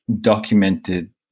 documented